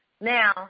now